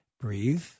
breathe